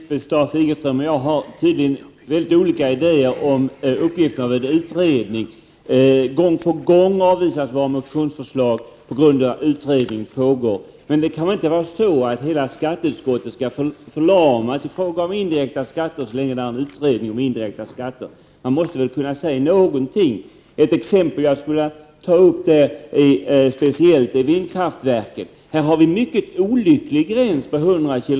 Fru talman! Lisbeth Staaf-Igelström och jag har tydligen mycket olika idéer om en utrednings uppgifter. Gång på gång avvisas våra motionsförslag på grund av att en utredning pågår. Men hela skatteutskottet kan väl inte vara förlamat i fråga om indirekta skatter så länge en utredning om sådana pågår. Man måste väl kunna säga någonting. Jag skulle speciellt vilja ta upp frågan om vindkraftverk. Här finns det en mycket olycklig gräns vid 100 kW.